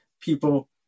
People